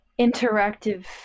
interactive